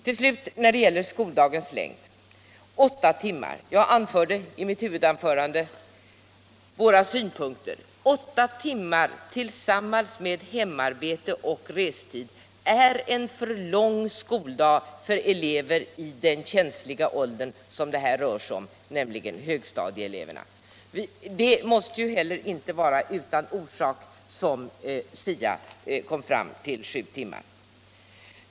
Till slut frågan om skoldagens längd. Jag redogjorde i mitt huvudanförande för våra synpunkter. Åtta timmar tillsammans med hemarbete och restid är en för lång skoldag för elever i den känsliga ålder som det här rör sig om, nämligen högstadieeleverna. Det kan inte heller vara utan orsak som SIA har kommit fram till sju timmar.